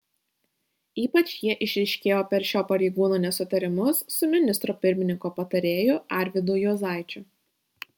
ypač jie išryškėjo per šio pareigūno nesutarimus su ministro pirmininko patarėju arvydu juozaičiu